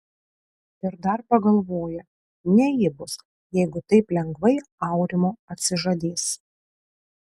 ir dar pagalvoja ne ji bus jeigu taip lengvai aurimo atsižadės